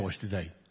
today